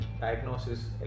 diagnosis